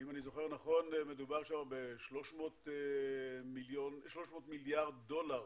אם אני זוכר נכון מדובר שם ב-300 מיליארד דולר